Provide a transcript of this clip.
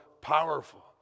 powerful